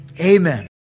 Amen